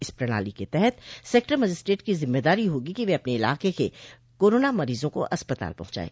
इस प्रणाली के तहत सेक्टर मजिस्ट्रेट की जिम्मेदारी होगी कि वे अपने इलाके के कोरोना मरीजों को अस्पताल पहुंचाये